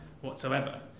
whatsoever